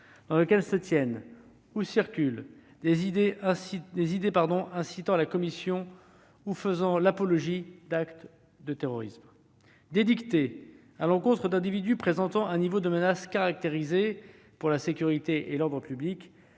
dans lesquels se tiennent ou circulent des idées incitant à la commission ou faisant l'apologie d'actes de terrorisme, et d'édicter à l'encontre d'individus présentant un niveau de menace caractérisée pour la sécurité et l'ordre public